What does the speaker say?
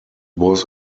was